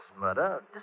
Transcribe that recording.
murder